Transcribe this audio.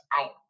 out